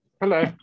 Hello